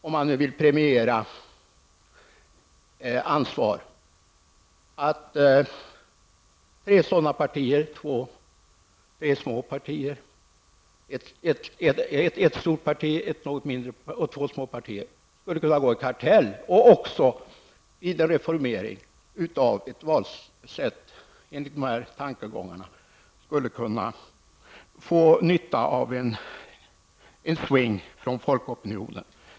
Om man nu vill premiera ansvar vore det inte orimligt att tänka sig att tre sådana partier -- ett stort parti och två små partier -- skulle kunna gå samman i en kartell och också, vid en reformering av valsystemet i enlighet med dessa tankegångar, skulle kunna få nytta av en svängning i folkopinionen.